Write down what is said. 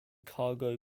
cargo